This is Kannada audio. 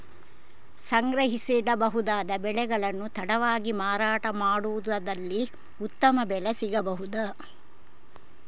ಸಂಗ್ರಹಿಸಿಡಬಹುದಾದ ಬೆಳೆಗಳನ್ನು ತಡವಾಗಿ ಮಾರಾಟ ಮಾಡುವುದಾದಲ್ಲಿ ಉತ್ತಮ ಬೆಲೆ ಸಿಗಬಹುದಾ?